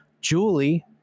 Julie